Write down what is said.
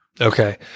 Okay